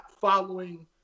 following